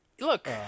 Look